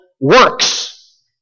works